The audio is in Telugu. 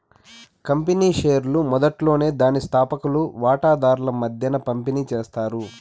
కంపెనీ షేర్లు మొదట్లోనే దాని స్తాపకులు వాటాదార్ల మద్దేన పంపిణీ చేస్తారు